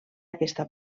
aquesta